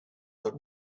but